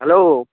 hello